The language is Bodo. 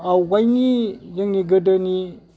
आवगायनि जोंनि गोदोनि